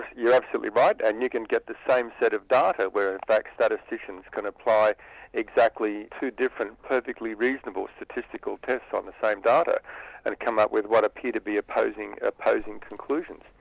you're absolutely right, and you can get this same set of data where in fact statisticians can apply exactly two different, perfectly reasonable statistical tests on the same data and come up with what appear to be opposing opposing conclusions.